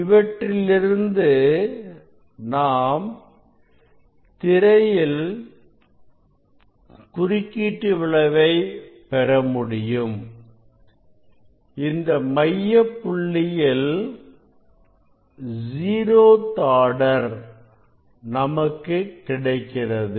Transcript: இவற்றிலிருந்து நாம் திரையில் குறுக்கீட்டு விளைவை பெற முடியும் இந்த மையப் புள்ளியில் ஜீரோத் ஆர்டர் நமக்கு கிடைக்கிறது